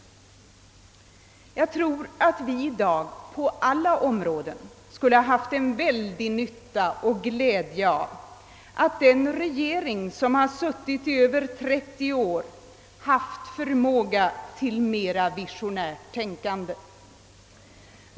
Jag tror att vi i dag på alla områden skulle haft en väldig nytta av att den regering som suttit vid makten i över 30 år haft större förmåga till visionärt tänkande.